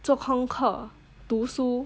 做功课读书